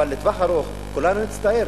אבל לטווח ארוך כולנו נצטער.